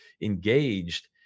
engaged